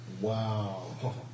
Wow